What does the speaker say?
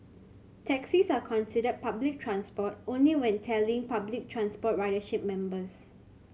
taxis are considered public transport only when tallying public transport ridership members